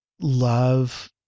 love